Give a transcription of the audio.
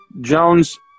Jones-